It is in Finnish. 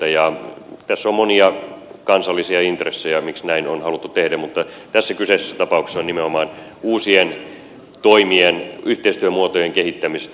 tässä on monia kansallisia intressejä miksi näin on haluttu tehdä mutta tässä kyseisessä tapauksessa on kyse nimenomaan uusien toimien yhteistyömuotojen kehittämisestä pohjoismaiden kesken